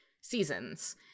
seasons